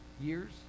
Years